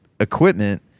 equipment